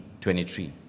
23